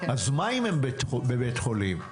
אז מה אם הם בבית חולים.